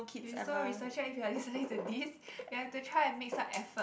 so researcher if you are listening to this you have to try and make some effort